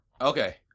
okay